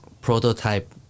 prototype